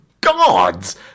gods